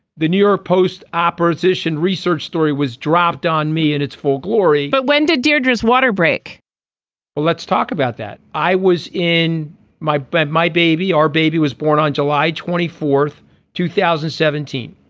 the new york post opposition research story was dropped on me in its full glory but when did deirdre is water break well let's talk about that. i was in my bed my baby our baby was born on july twenty fourth two thousand and seventeen